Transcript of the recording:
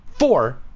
Four